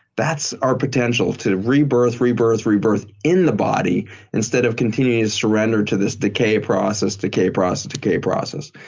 that's our potential to rebirth, rebirth, rebirth in the body instead of continuing to surrender to this decay process, decay process, decay process.